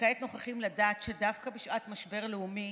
וכעת נוכחים לדעת שדווקא בשעת משבר לאומי